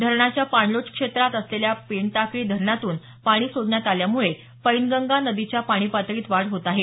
धरणाच्या पाणलोट क्षेत्रात असलेल्या पेनटाकळी धरणातून पाणी सोडण्यात आल्यामुळे पैनगंगा नदीच्या पाणी पातळीत वाढ होत आहे